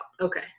Okay